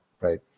right